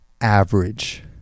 average